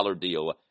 deal